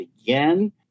again